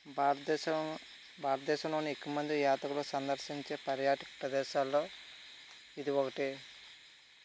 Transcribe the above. భారతదేశం భారతదేశంలో ఎక్కువ మంది యాత్రికులు సందర్శించే పర్యాటక ప్రదేశాలలో ఇది ఒకటి